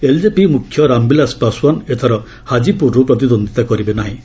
LJP ମୁଖ୍ୟ ରାମବିଳାଶ ପାଶ୍ୱାନ୍ ଏଥର ହାଜିପୁରରୁ ପ୍ରତିଦ୍ୱନ୍ଦ୍ୱିତା କରିବେ ନାହିଁ